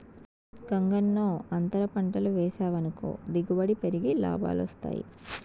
గంగన్నో, అంతర పంటలు వేసావనుకో దిగుబడి పెరిగి లాభాలొస్తాయి